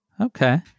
Okay